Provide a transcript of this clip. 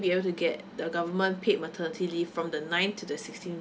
be able to get the government paid maternity leave from the ninth to the sixteenth